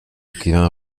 écrivains